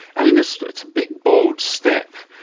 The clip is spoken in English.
i mean, it's it's a big, bold step.